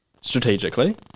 strategically